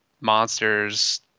monsters